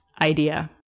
idea